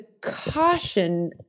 caution